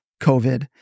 COVID